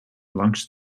langs